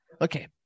Okay